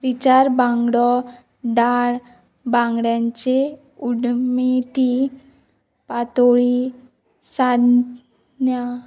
रिचार बांगडो डाळ बांगड्यांची उड्डमेती पातोळी सान्न्या